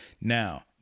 Now